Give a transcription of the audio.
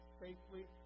safely